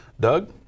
Doug